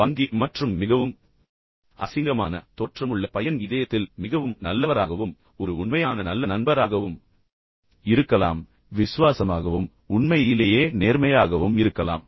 மிகவும் பங்கி மற்றும் பின்னர் மிகவும் அசிங்கமான மிகவும் நாகரீகமற்ற தோற்றமுள்ள பையன் இதயத்தில் மிகவும் நல்லவராகவும் ஒரு உண்மையான நல்ல நண்பராகவும் இருக்கலாம் உண்மையிலேயே விசுவாசமாகவும் உண்மையிலேயே நேர்மையாகவும் இருக்கலாம்